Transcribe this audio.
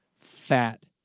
fat